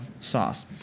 Sauce